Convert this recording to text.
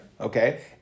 okay